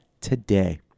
today